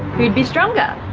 who'd be stronger?